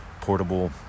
portable